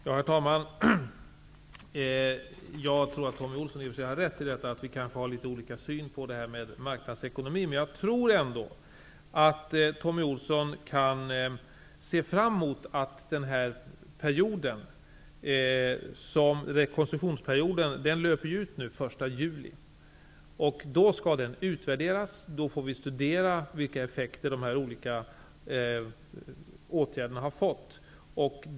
Herr talman! Jag tror i och för sig att Thommy Ohlsson har rätt i att vi kanske har litet olika syn på marknadsekonomi. Men jag tror ändå att Thommy Ohlsson kan se fram mot att rekonstruktionsperioden nu löper ut den 1 juni. Då skall verksamheten utvärderas, och vi får studera vilka effekter dessa olika åtgärder har fått.